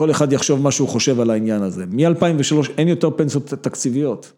‫כל אחד יחשוב מה שהוא חושב ‫על העניין הזה. ‫מ-2003 אין יותר פנסות תקציביות.